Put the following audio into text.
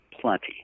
plenty